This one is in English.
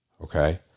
okay